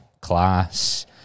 class